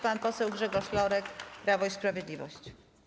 Pan poseł Grzegorz Lorek, Prawo i Sprawiedliwość.